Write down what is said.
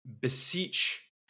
beseech